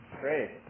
Great